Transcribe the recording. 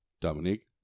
Dominique